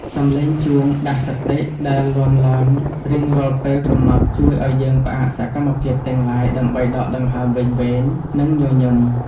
សំឡេងជួងដាស់សតិដែលលាន់ឡើងរៀងរាល់ពេលកំណត់ជួយឱ្យយើងផ្អាកសកម្មភាពទាំងឡាយដើម្បីដកដង្ហើមវែងៗ និង ញញឹម។